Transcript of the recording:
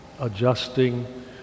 adjusting